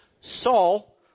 Saul